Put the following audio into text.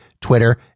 Twitter